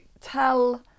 tell